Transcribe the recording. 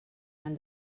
and